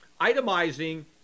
itemizing